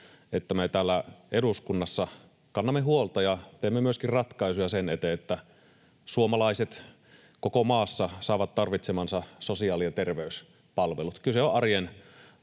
että me täällä eduskunnassa kannamme huolta ja teemme myöskin ratkaisuja sen eteen, että suomalaiset koko maassa saavat tarvitsemansa sosiaali- ja terveyspalvelut. Kyse on arjen